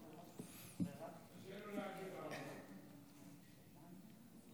קשה לו להגיד "ערבים".